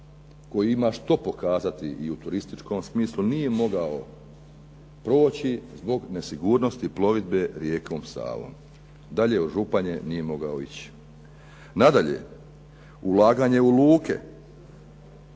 koji ima što pokazati i u turističkom smislu nije mogao proći zbog nesigurnosti plovidbe rijekom Savom, dalje od Županije nije mogao ići. Nadalje, ulaganje u luke,